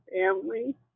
family